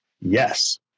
Yes